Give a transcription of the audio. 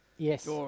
Yes